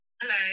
Hello